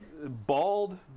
bald